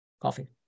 Coffee